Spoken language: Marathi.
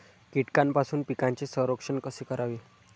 कीटकांपासून पिकांचे संरक्षण कसे करावे?